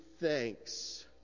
thanks